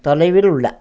தொலைவில் உள்ள